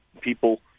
people